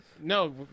No